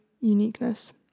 uniqueness